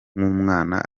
nk’umwana